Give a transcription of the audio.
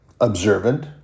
observant